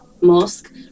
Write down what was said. mosque